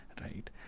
right